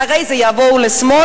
אחרי זה הם יבואו לשמאל,